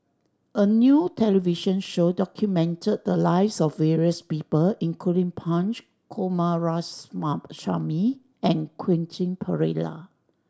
a new television show documented the lives of various people including Punch Coomaraswamy and Quentin Pereira